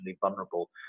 vulnerable